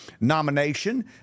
nomination